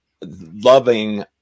loving